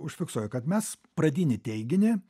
užfiksuoju kad mes pradinį teiginį